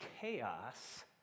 chaos